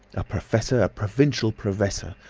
a professor, a provincial professor,